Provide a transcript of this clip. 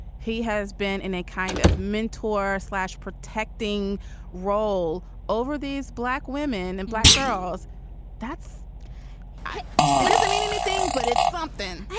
he has been in a kind of mentor slash protecting role over these black women and black girls that's right it doesn't mean anything, but it's something.